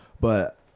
But-